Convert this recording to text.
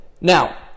Now